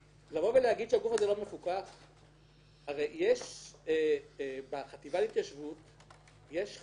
הרי יש בחטיבה להתיישבות חשב.